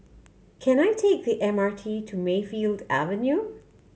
can I take the M R T to Mayfield Avenue